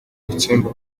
gutsemba